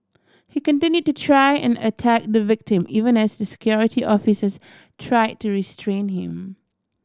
he continued to try and attack the victim even as Security Officers try to restrain him